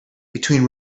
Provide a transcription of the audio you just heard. between